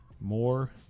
More